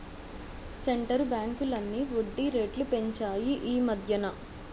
centre బ్యాంకులన్నీ వడ్డీ రేట్లు పెంచాయి ఈమధ్యన